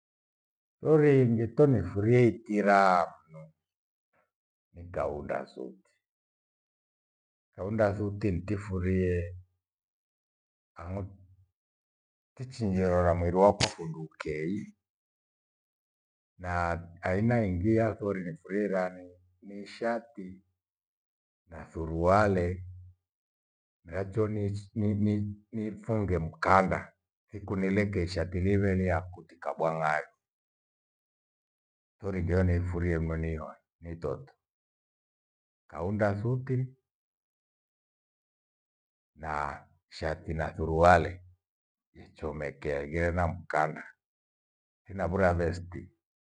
Thori ingetoni ni furie itiraa hanu, ni kaunda suti. Kaunda thuti nitifurihe ang'u tichinireurora mwiri wakwe fundu ukei na ainaingi ya thori niifurie ighani shati na thuruale. Miracho nich- ni- ni ni- nifunge mkanda, thiku nileke ishati liwe liyakutika bwang'a yo. Thori ndio nitifurie ni mno nihoe ni hitho tu. Kaunda suti na shati na thuruale yechomekea ighire na mkanda thinavura vesti.